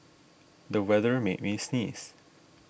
the weather made me sneeze